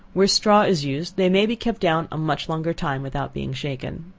where straw is used, they may be kept down a much longer time without being shaken.